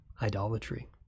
idolatry